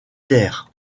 terre